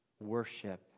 worship